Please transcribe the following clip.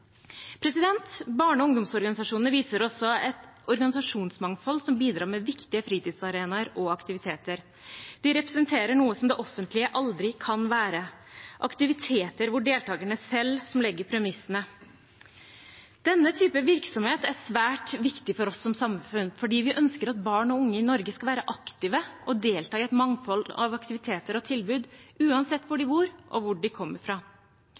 Barne- og ungdomsorganisasjonene viser også et organisasjonsmangfold som bidrar med viktige fritidsarenaer og aktiviteter. De representerer noe som det offentlige aldri kan gi – aktiviteter hvor deltakerne selv legger premissene. Denne typen virksomhet er svært viktig for oss som samfunn fordi vi ønsker at barn og unge i Norge skal være aktive og delta i et mangfold av aktiviteter og tilbud, uansett hvor de bor og hvor de kommer fra.